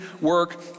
work